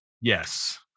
Yes